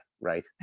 right